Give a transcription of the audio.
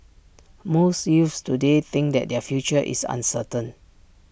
most youths today think that their future is uncertain